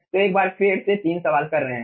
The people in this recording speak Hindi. तो हम एक बार फिर से 3 सवाल कर रहे हैं